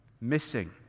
missing